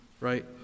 Right